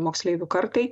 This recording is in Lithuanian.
moksleivių kartai